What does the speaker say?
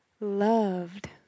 loved